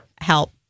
help